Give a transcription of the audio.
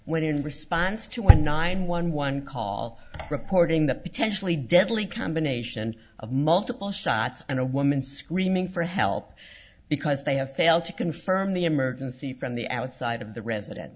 when in response to a nine one one call reporting the potentially deadly combination of multiple shots and a woman screaming for help because they have failed to confirm the emergency from the outside of the residen